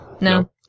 No